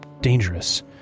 dangerous